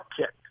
kicked